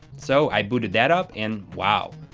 so, i booted that up and, wow.